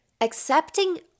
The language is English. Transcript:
Accepting